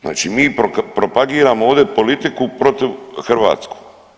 Znači mi propagiramo ovdje politiku protiv Hrvatsku.